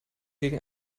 gegen